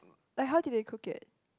like how did they cook it